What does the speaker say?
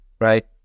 right